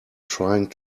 trying